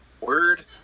word